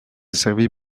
desservi